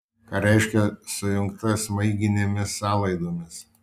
ką reiškia sujungta smaiginėmis sąlaidomis